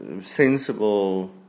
sensible